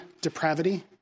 depravity